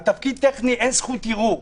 על תפקיד טכני אין זכות ערעור.